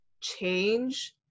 change